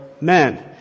men